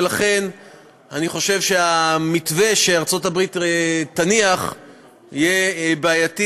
ולכן אני חושב שהמתווה שארצות הברית תניח יהיה בעייתי.